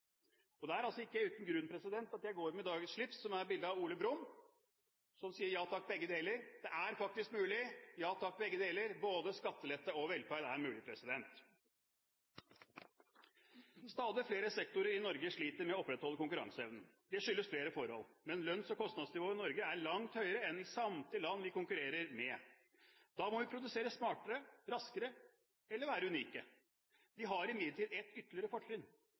almisser. Det er altså ikke uten grunn at jeg går med dagens slips som har bilde av Ole Brumm, som sier: Ja, takk begge deler. Det er faktisk mulig – ja, takk begge deler – både skattelette og velferd er mulig. Stadig flere sektorer i Norge sliter med å opprettholde konkurranseevnen. Det skyldes flere forhold, men lønns- og kostnadsnivået i Norge er langt høyere enn i samtlige land vi konkurrerer med. Da må vi produsere smartere, raskere, eller være unike. Vi har imidlertid et ytterligere fortrinn: